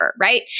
right